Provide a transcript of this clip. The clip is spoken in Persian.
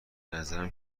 نظرم